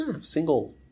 Single